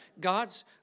God's